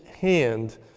hand